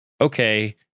okay